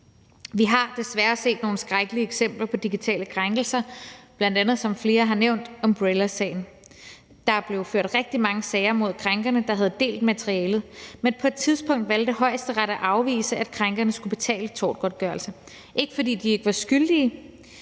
Vi har desværre set nogle skrækkelige eksempler på digitale krænkelser, bl.a. Umbrellasagen, som flere har nævnt. Der blev ført rigtig mange sager mod krænkerne, der havde delt materialet, men på et tidspunkt valgte Højesteret at afvise, at krænkerne skulle betale tortgodtgørelse, ikke fordi de ikke var skyldige,